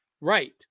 Right